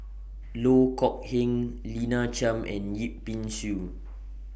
Loh Kok Heng Lina Chiam and Yip Pin Xiu